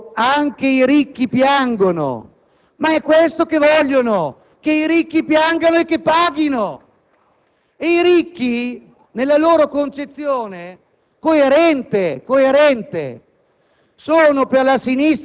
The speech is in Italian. il manifesto «Anche i ricchi piangono»? Ma è questo che vogliono: che i ricchi piangano e che paghino! E i ricchi, nella coerente concezione della sinistra